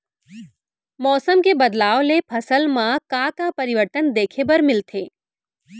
मौसम के बदलाव ले फसल मा का का परिवर्तन देखे बर मिलथे?